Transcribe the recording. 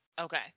Okay